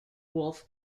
wolf